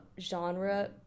genre